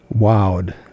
wowed